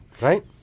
right